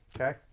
Okay